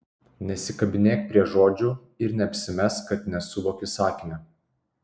nesikabinėk prie žodžių ir neapsimesk kad nesuvoki sakinio